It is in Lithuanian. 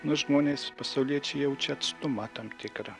nu žmonės pasauliečiai jaučia atstumą tam tikrą